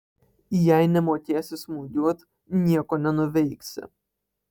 jei nemokėsi smūgiuot nieko nenuveiksi